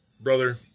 Brother